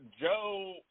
Joe